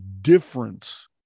difference